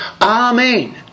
Amen